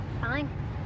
Fine